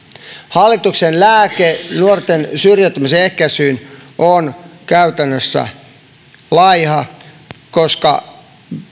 hallituksen lääke nuorten syrjäytymisen ehkäisyyn on käytännössä laiha koska